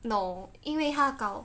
no 因为他高